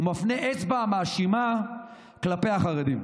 ומפנה אצבע מאשימה כלפי החרדים.